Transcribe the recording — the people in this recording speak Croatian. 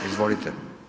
Izvolite.